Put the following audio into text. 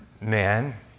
man